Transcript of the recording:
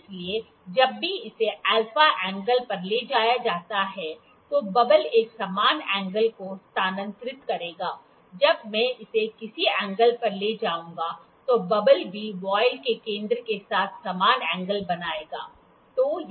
इसलिए जब भी इसे α एंगल पर ले जाया जाता है तो बबल एक समान एंगल को स्थानांतरित करेगा जब मैं इसे किसी एंगल पर ले जाऊंगा तो बबल भी वॉयल के केंद्र के साथ समान एंगल बनाएगा